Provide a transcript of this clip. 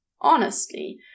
honestly